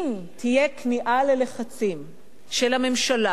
אם תהיה כניעה ללחצים של הממשלה,